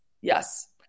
Yes